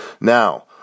Now